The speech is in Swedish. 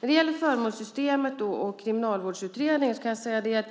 När det gäller förmånssystemet och Kriminalvårdsutredningen tycker